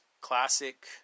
classic